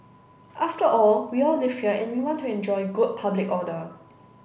after all we all live here and we want to enjoy good public order